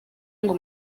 ngo